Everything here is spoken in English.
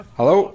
Hello